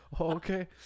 Okay